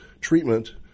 treatment